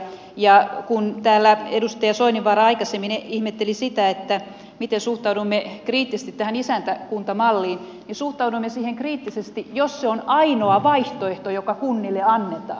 ja kun täällä edustaja soininvaara aikaisemmin ihmetteli sitä miten suhtaudumme kriittisesti tähän isäntäkuntamalliin me suhtaudumme siihen kriittisesti jos se on ainoa vaihtoehto joka kunnille annetaan